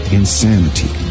insanity